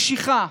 משיכה,